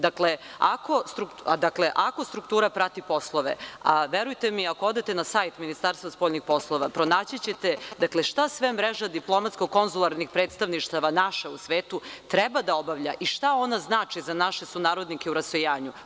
Dakle, ako struktura prati poslove, a verujte mi ako odete na sajt Ministarstva spoljnih poslova, pronaći ćete šta sve mreža diplomatsko-konzularnih predstavništava naša u svetu treba da obavlja i šta ona znači za naše sunarodnike u rasejanju.